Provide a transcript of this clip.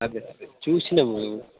అదే అదే చూసినాం బ్రో